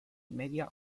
media